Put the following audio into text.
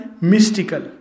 mystical